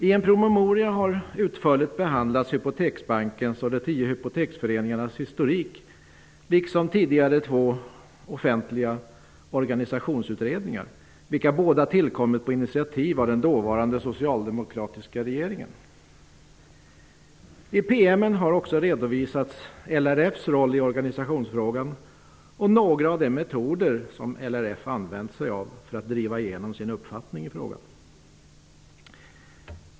I en promemoria har utförligt behandlats Hypoteksbankens och de tio hypoteksföreningarnas historik, liksom två tidigare offentliga organisationsutredningar, vilka båda tillkommit på initiativ av den dåvarande socialdemokratiska regeringen. I promemorian har också redovisats LRF:s roll i organisationsfrågan och några av de metoder som LRF använt sig av för att driva igenom sin uppfattning i frågan.